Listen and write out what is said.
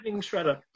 shredder